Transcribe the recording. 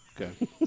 Okay